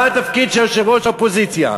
מה התפקיד של יושב-ראש האופוזיציה?